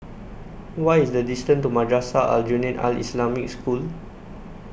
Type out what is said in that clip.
What IS The distance to Madrasah Aljunied Al Islamic School